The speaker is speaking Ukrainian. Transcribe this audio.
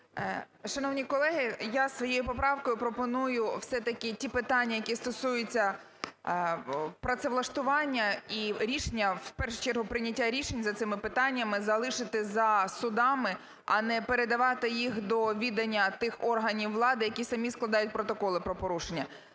Шановні колеги, я своєю поправкою пропоную все-таки ті питання, які стосуються працевлаштування і рішення, в першу чергу прийняття рішень за цими питаннями, залишити за судами, а не передавати їх до відання тих органів влади, які самі складають протоколи про порушення.